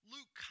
Luke